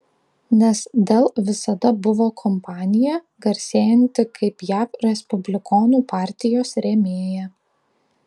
nes dell visada buvo kompanija garsėjanti kaip jav respublikonų partijos rėmėja